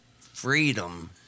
freedom